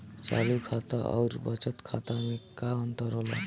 चालू खाता अउर बचत खाता मे का अंतर होला?